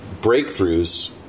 breakthroughs